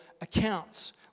accounts